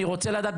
אני רוצה לדעת,